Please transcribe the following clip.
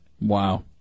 Wow